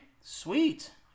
sweet